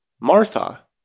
Martha